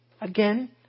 again